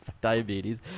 Diabetes